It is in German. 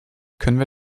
können